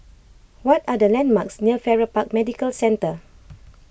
what are the landmarks near Farrer Park Medical Centre